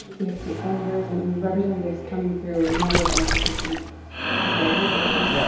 we have state senators and and representatives come through a number of our institutions pretty regularly.